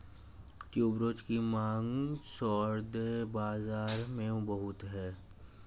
tuberose की मांग सौंदर्य बाज़ार में बहुत है